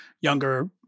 younger